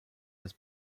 das